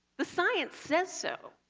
the science says so.